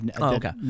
Okay